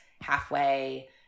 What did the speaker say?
halfway